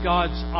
God's